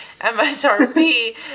MSRP